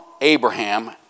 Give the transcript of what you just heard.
Abraham